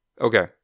Okay